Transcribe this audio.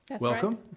Welcome